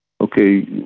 Okay